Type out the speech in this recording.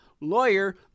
Lawyer